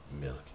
milk